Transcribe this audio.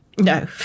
No